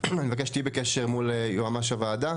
אז אני מבקש שתהיי בקשר מול יועמ״ש הוועדה,